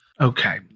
Okay